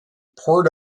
port